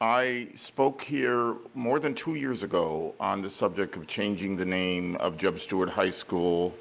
i spoke here more than two years on the subject of changing the name of jeb stuart high school